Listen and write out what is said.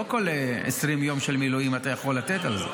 לא כל 20 יום של מילואים אתה יכול לתת על זה.